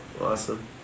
Awesome